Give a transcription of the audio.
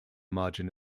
margin